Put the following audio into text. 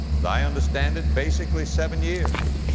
as i understand it, basically seven years.